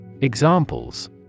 Examples